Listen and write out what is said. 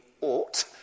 ought